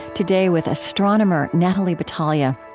today with astronomer natalie batalha.